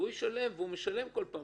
הוא ישלם והוא משלם בכל פעם,